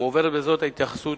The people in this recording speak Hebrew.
מועברת בזאת ההתייחסות